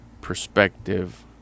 perspective